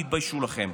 תתביישו לכם.